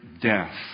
death